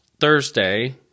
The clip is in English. Thursday